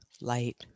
light